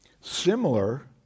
similar